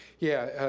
yeah,